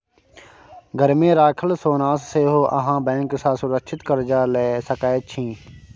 घरमे राखल सोनासँ सेहो अहाँ बैंक सँ सुरक्षित कर्जा लए सकैत छी